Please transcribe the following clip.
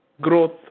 growth